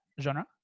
genre